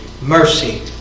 mercy